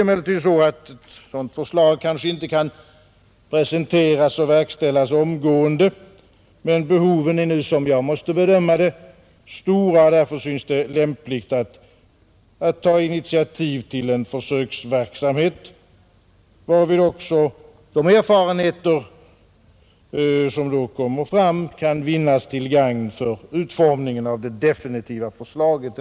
Ett sådant förslag kanske inte kan presenteras och verkställas omgående, men behoven är nu, som jag måste bedöma dem, stora, och därför synes det lämpligt att ta initiativ till en försöksverksamhet, varvid också de erfarenheter som då kommer fram kan bli till gagn för utformningen av det definitiva förslaget.